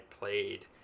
played